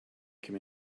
come